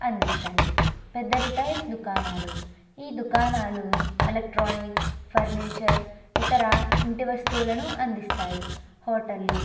అందిస్తాయి పెద్ద రిటైల్ దుకాణాలు ఈ దుకాణాలు ఎలెక్ట్రానిక్స్ ఫర్నిచర్ ఇతర ఇంటి వస్తువులను అందిస్తాయి హోటళ్లు